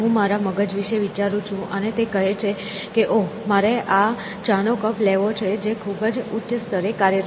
હું મારા મગજ વિશે વિચારું છું અને તે કહે છે કે ઓહ મારે આ ચા નો કપ લેવો છે જે ખૂબ જ ઉચ્ચ સ્તરે કાર્યરત છે